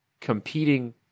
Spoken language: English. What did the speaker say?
competing